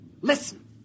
Listen